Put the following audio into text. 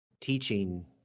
teaching